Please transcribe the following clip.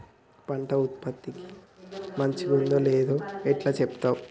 పంట ఉత్పత్తి మంచిగుందో లేదో ఎట్లా చెప్తవ్?